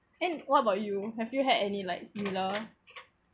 and what about you have you had any likes you love